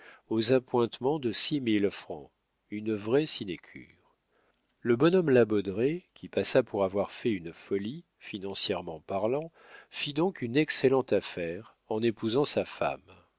aux appointements de six mille francs une vraie sinécure le bonhomme la baudraye qui passa pour avoir fait une folie financièrement parlant fit donc une excellente affaire en épousant sa femme